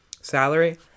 salary